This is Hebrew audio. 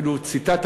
אפילו ציטטת,